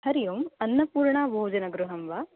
हरिः ओम् अन्नपूर्णा भोजनगृहं वा